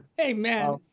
Amen